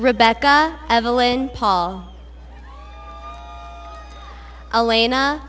rebecca evelyn paul elena